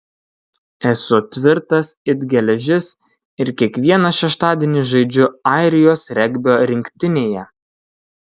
esu tvirtas it geležis ir kiekvieną šeštadienį žaidžiu airijos regbio rinktinėje